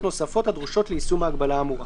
נוספות הדרושות ליישום ההגבלה האמורה.